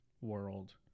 world